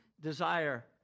desire